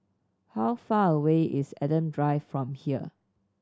how far away is Adam Drive from here